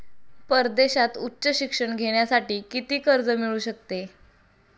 परदेशात उच्च शिक्षण घेण्यासाठी किती कर्ज मिळू शकते?